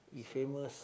he famous